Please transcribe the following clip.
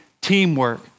teamwork